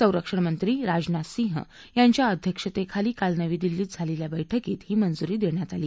संरक्षण मंत्री राजनाथ सिंह यांच्या अध्यक्षतेखाली काल नवी दिलीत झालेल्या बैठकीत ही मंजुरी देण्यात आली